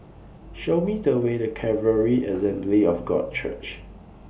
Show Me The Way to Calvary Assembly of God Church